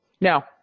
No